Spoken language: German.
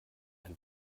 ein